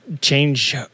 change